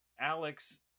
alex